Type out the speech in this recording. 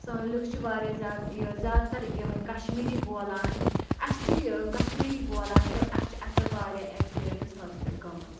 سٲنۍ لوٗکھ چھِ واریاہ زیادٕ یہِ زیادٕ تَر یِہٲے کشمیٖری بولان اسہِ چھِ یہِ کشمیٖری بولان تہٕ اسہِ چھِ اَتھ پٮ۪ٹھ واریاہ ایٚکٕسپیٖریَنٕس حٲصِل گٔمٕژ